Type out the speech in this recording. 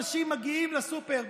אנשים מגיעים לסופר,